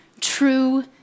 true